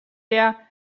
der